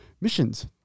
missions